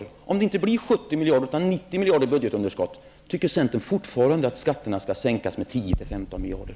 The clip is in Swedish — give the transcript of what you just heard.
Om budgetunderskottet inte blir 70 miljarder utan 90 miljarder, tycker centern att skatterna då skall sänkas med 10--15 miljarder?